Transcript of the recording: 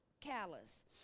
Callous